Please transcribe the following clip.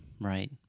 Right